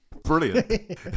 Brilliant